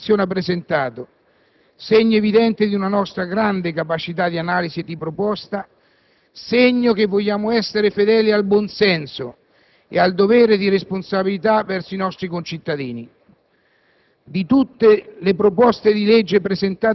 Sono centinaia i disegni di legge che l'opposizione ha presentato; segno evidente di una nostra grande capacità di analisi e di proposta, segno che vogliamo essere fedeli al buonsenso e al dovere di responsabilità verso i nostri concittadini.